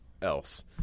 else